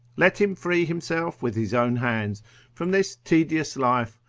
let him free himself with his own hands from this tedious life,